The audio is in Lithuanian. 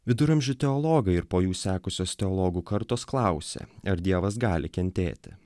viduramžių teologai ir po jų sekusios teologų kartos klausia ar dievas gali kentėti